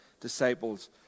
disciples